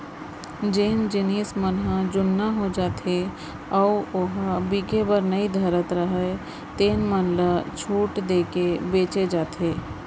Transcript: जेन जिनस मन ह जुन्ना हो जाथे अउ ओ ह बिके बर नइ धरत राहय तेन मन ल छूट देके बेचे जाथे